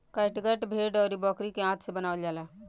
catgut भेड़ अउरी बकरी के आंत से बनावल जाला